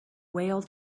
whale